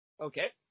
Okay